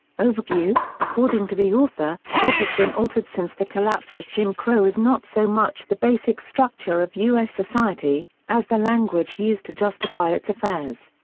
overview according to the author, what has been altered since the collapse of jim crow is not so much the basic structure of us society, as the language used to justify its affairs.